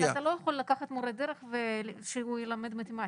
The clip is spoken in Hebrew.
אבל אתה לא יכול לתת למורה דרך ללמד מתמטיקה.